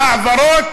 בהעברות